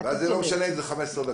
ואז זה לא משנה אם זה 15 דקות.